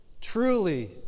truly